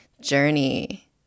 journey